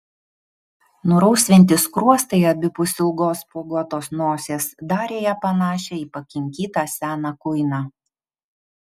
nurausvinti skruostai abipus ilgos spuoguotos nosies darė ją panašią į pakinkytą seną kuiną